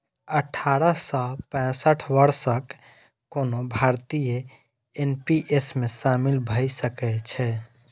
अठारह सं पैंसठ वर्षक कोनो भारतीय एन.पी.एस मे शामिल भए सकै छै